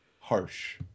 Harsh